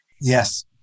Yes